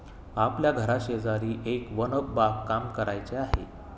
आपल्या घराशेजारी एक वन बागकाम करायचे आहे